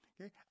Okay